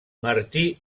martin